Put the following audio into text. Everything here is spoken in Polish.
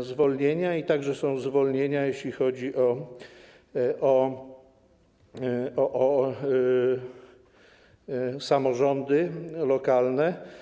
zwolnienia, a także są zwolnienia, jeśli chodzi o samorządy lokalne.